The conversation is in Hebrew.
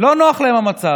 לא נוח להם המצב,